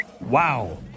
Wow